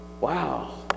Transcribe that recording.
wow